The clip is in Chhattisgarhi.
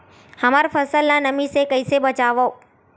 हमर फसल ल नमी से क ई से बचाबो?